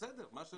בסדר.